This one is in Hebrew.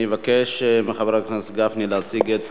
אני מבקש מחבר הכנסת להציג את